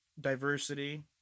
diversity